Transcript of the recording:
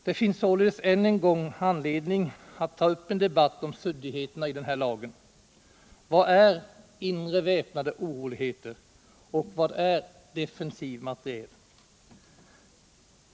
Det finns således än en gång anledning att ta upp en debatt om suddigheterna i den här lagen. Vad är ”inre väpnade oroligheter” och vad är ”defensiv materiel”?